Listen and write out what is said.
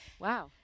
Wow